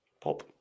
Pop